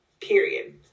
Period